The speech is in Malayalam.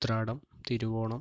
ഉത്രാടം തിരുവോണം